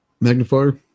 magnifier